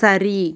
சரி